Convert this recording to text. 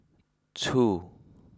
two